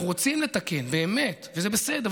אנחנו רוצים לתקן באמת, וזה בסדר.